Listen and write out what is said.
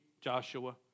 Joshua